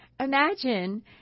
Imagine